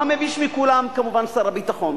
והמביש מכולם, כמובן, שר הביטחון